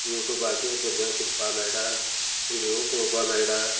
युट्यूबाचेर भुरग्यांक शिकपा मेळटा विडियो पळोवपा मेळटा